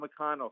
McConnell